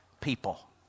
people